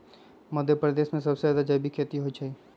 मध्यप्रदेश में सबसे जादा जैविक खेती होई छई